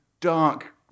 dark